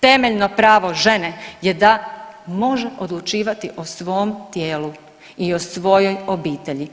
Temeljno pravo žene je da može odlučivati o svom tijelu i o svojoj obitelji.